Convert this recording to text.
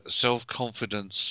self-confidence